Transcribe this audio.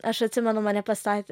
aš atsimenu mane pastatė